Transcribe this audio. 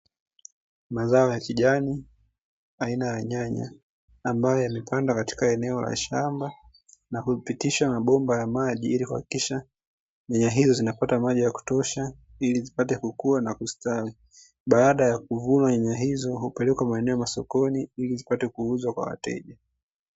Mazao ya kijani aina ya nyanya ambayo yamepandwa katika eneo la shamba na kupitishwa mabomba ya maji ili kuhakikisha nyanya hizi zinapata maji ya kutosha, ili ziweze kukua na kustawi, baada ya kuvuna nyanya hizo hupelekwa sokoni kwa ajili ya kuuzwa kwa wateja.